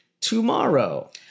Tomorrow